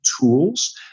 tools